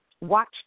Watch